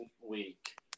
week